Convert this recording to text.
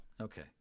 Okay